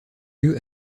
lieu